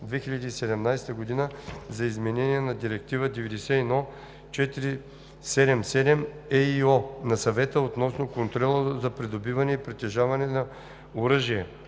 2017 г. за изменение на Директива 91/477/ЕИО на Съвета относно контрола на придобиването и притежаването на оръжие